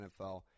nfl